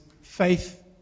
faith